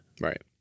Right